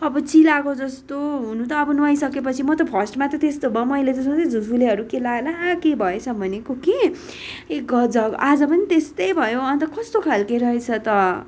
अब चिलाएको जस्तो हुनु त अब नुहाइसकेपछि म त फर्स्टमा त त्यस्तो भयो मैले त सोचेँ झुसुलेहरू के लाग्यो होला के भएछ भनेको कि एक आज पनि त्यस्तै भयो अन्त कस्तो खालके रहेछ त